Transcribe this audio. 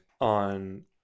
on